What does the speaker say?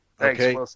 Okay